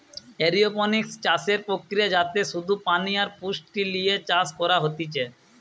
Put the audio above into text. aeroponics চাষের প্রক্রিয়া যাতে শুধু পানি আর পুষ্টি লিয়ে চাষ করা হতিছে